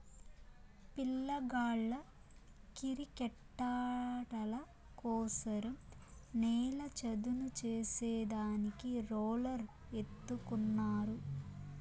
పిల్లగాళ్ళ కిరికెట్టాటల కోసరం నేల చదును చేసే దానికి రోలర్ ఎత్తుకున్నారు